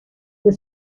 the